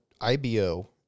IBO